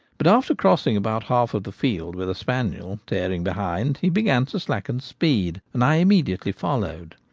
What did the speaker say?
but after crossing about half of the field with a spaniel tearing behind, he began to slacken speed, and i immediately followed.